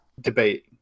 debate